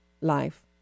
life